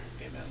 Amen